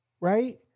Right